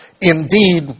indeed